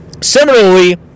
similarly